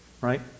right